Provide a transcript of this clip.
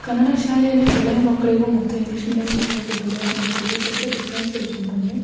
ಕನ್ನಡ ಶಾಲೆಯಲ್ಲಿ ಬೆಳೆಯೋ ಮಕ್ಳಿಗೂ ಮತ್ತು ಇಂಗ್ಲೀಷ್ ಮೀಡಿಯಮ್ ಸ್ಕೂಲಲ್ಲಿ ಬೆಳೆಯೋ ಮಕ್ಳಿಗೂ ಎಷ್ಟೋ ಡಿಫ್ರೆನ್ಸ್ ಇರುತ್ತೆ ಅಂತಂದರೆ